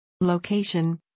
Location